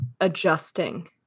adjusting